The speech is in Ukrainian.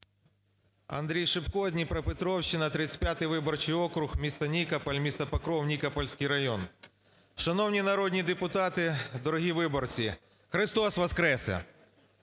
Андрій Шипко, Дніпропетровщина, 35 виборчий округ, місто Нікополь, місто Покров Нікопольський район. Шановні народні депутати! Дорогі виборці! Христос Воскресе!